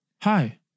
Hi